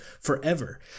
forever